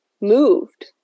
moved